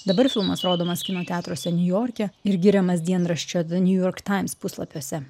dabar filmas rodomas kino teatruose niujorke ir giriamas dienraščio ve niujork taims puslapiuose